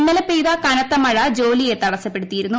ഇന്നലെ പെയ്ത കനത്ത മഴ ജോലിയെ തടസപ്പെടുത്തിയിരുന്നു